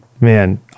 man